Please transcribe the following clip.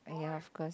!aiya! of course